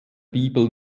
bibel